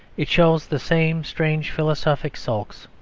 it shows the same strange philosophic sulks.